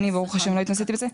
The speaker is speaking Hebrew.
אני ברוך השם לא התנסיתי בזה,